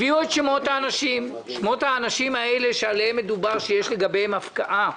הביאו את שמות האנשים שיש לגביהם הפקעה,